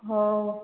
ହେଉ